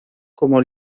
como